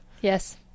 yes